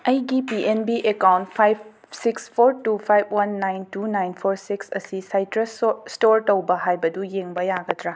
ꯑꯩꯒꯤ P N B account five six four two five one nine two nine four six ꯑꯁꯤ ꯁꯥꯏꯇ꯭ꯔꯁ ꯁꯣ ꯏꯁꯇꯣꯔ ꯇꯧꯕ ꯍꯥꯏꯕꯗꯨ ꯌꯦꯡꯕ ꯌꯥꯒꯗ꯭ꯔꯥ